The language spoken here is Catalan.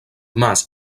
mas